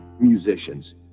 musicians